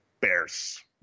Bears